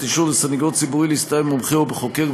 אישור לסנגור ציבורי להסתייע במומחה או בחוקר,